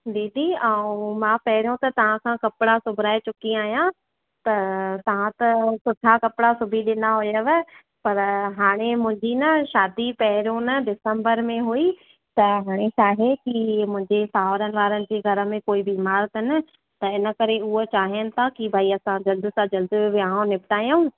दीदी ऐं मां पहिरियों त तव्हां खां कपिड़ा सिॿाए चुकी आहियां त तव्हां त सुठा कपिड़ा सिॿी ॾिना हुयव पर हाणे मुंहिंजी ना शादी पहिरों न डिसम्बर में हुई त हाणे छाहे की मुंहिंजे साउरनि वारनि जे घर में कोई बीमार अथनि त हिन करे उहे चाहीनि था की भाई असां जल्द सां जल्द विहांव निपटायूं